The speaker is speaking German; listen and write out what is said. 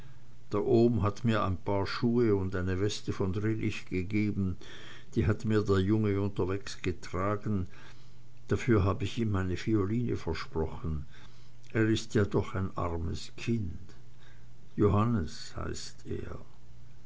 der ohm hat mir ein paar schuhe und eine weste von drillich gegeben die hat mir der junge unterwegs getragen dafür hab ich ihm meine violine versprochen er ist ja doch ein armes kind johannes heißt er